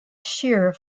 shear